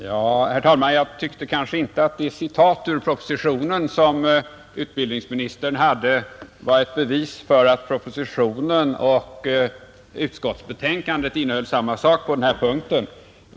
Herr talman! Jag tyckte inte att det citat ur propositionen som utbildningsministern gav var ett bevis för att propositionen och utskottsbetänkandet innehöll samma sak på denna punkt.